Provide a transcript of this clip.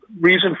reason